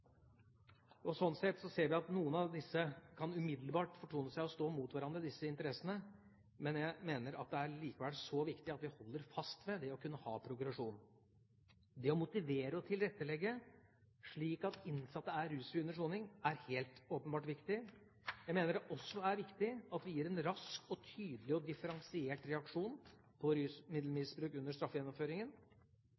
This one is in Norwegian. og rusbehandling. Slik sett ser vi at det umiddelbart kan fortone seg som at noen av disse interessene kan stå mot hverandre, men jeg mener likevel at det er så viktig at vi holder fast ved det å kunne ha progresjon. Det å motivere og tilrettelegge, slik at innsatte er rusfrie under soning, er helt åpenbart viktig. Jeg mener det også er viktig at vi gir en rask og tydelig og differensiert reaksjon på